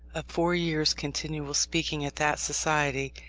of four years' continual speaking at that society,